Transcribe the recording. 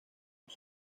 los